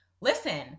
listen